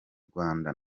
rwanda